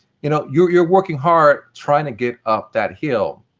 you know you're you're working hard trying to get up that hill.